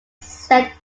set